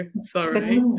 sorry